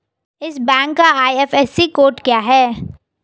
इस बैंक का IFSC code क्या है?